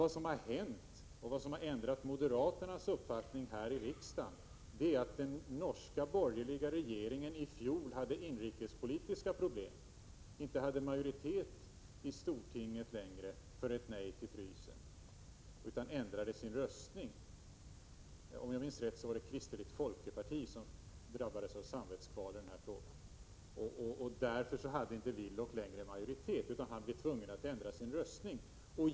Det som hänt och det som har ändrat moderaternas uppfattning här i riksdagen är att den norska borgerliga regeringen i fjol hade inrikespolitiska problem och inte hade majoritet i stortinget längre för ett nej till frysningen, utan ändrade sin röstning. Om jag minns rätt så var det kristeligt folkeparti som drabbades av samvetskval i den här frågan. Därför hade Willoch inte längre majoritet utan blev som sagt tvungen att ändra sin röstning.